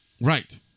Right